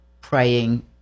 praying